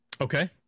Okay